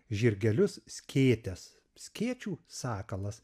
žirgelius skėtes skėčių sakalas